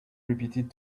repeated